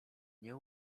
nie